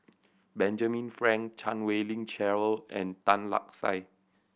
Benjamin Frank Chan Wei Ling Cheryl and Tan Lark Sye